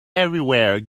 everywhere